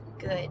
good